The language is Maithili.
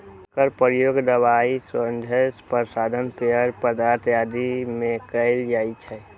एकर प्रयोग दवाइ, सौंदर्य प्रसाधन, पेय पदार्थ आदि मे कैल जाइ छै